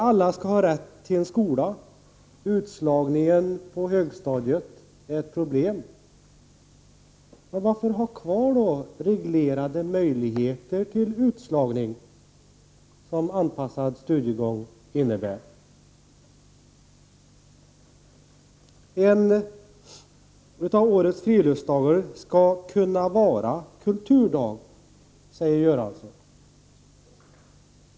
Alla skall ha rätt till skola, och utslagningen på högstadiet är ett problem, sade Bengt Göransson. Men varför då ha kvar de reglerade möjligheter till utslagning som anpassad studiegång innebär? En av årets friluftsdagar skall kunna vara kulturdag, säger statsrådet Göransson.